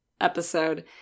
episode